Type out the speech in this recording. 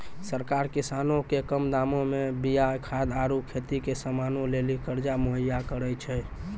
सरकार किसानो के कम दामो मे बीया खाद आरु खेती के समानो लेली कर्जा मुहैय्या करै छै